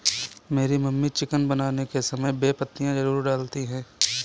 मेरी mummy chicken बनाने के समय बे पत्तियां जरूर डालती हैं